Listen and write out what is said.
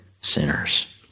sinners